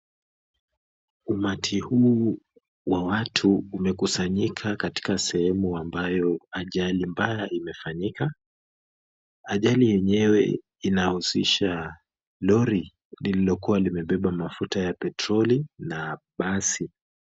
Umati huu wa watu umekusanyika katika sehemu ambayo ajali mbaya imefanyika, ajali enyewe inahusisha lori lililokuwa limebeba mafuta ya petroli na basi.